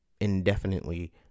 indefinitely